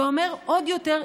זה אומר עוד אימהות,